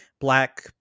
black